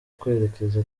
kwerekeza